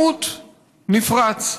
שבטעות נפרץ.